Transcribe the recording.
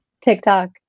TikTok